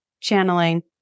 channeling